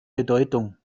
bedeutung